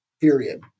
period